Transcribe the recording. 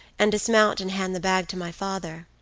and dismount and hand the bag to my father.